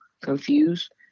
confused